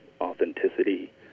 authenticity